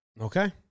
Okay